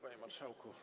Panie Marszałku!